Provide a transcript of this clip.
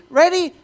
ready